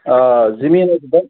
آ زٔمیٖن حظ بَنہِ